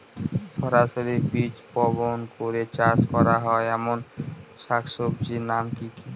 সরাসরি বীজ বপন করে চাষ করা হয় এমন শাকসবজির নাম কি কী?